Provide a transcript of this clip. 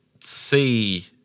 see